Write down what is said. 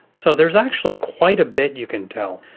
so there's actually quite a bit you can tell.